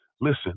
Listen